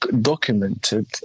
documented